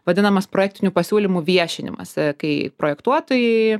vadinamas projektinių pasiūlymų viešinimas kai projektuotojai